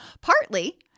Partly